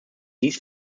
dies